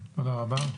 תודה רבה.